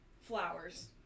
flowers